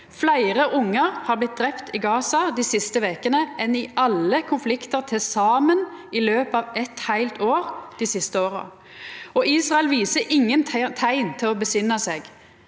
Fleire ungar har blitt drepne i Gaza dei siste vekene enn i alle konfliktar til saman i løpet av eit heilt år dei siste åra. Og Israel viser ingen teikn til å dempa seg.